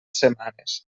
setmanes